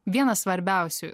vienas svarbiausių